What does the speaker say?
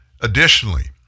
Additionally